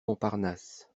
montparnasse